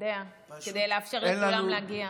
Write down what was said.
כדי לאפשר לכולם להגיע.